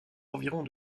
environs